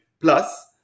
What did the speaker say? Plus